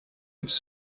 its